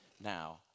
now